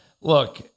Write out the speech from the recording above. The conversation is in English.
look